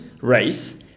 race